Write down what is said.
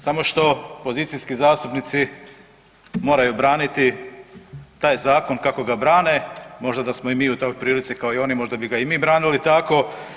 Samo što pozicijski zastupnici moraju braniti taj zakon kako ga brane, možda da smo i mi u toj prilici kao i oni možda bi ga i mi branili tako.